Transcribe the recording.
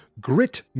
grit